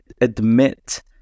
admit